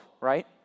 right